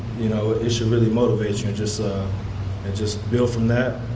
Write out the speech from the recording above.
you know it should really motivate you and just and just build from that,